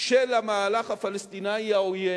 של המהלך הפלסטיני העוין.